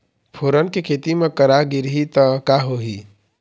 फोरन के खेती म करा गिरही त का होही?